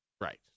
Right